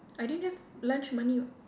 I didn't have lunch money [what]